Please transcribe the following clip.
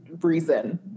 reason